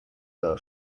girl